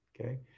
Okay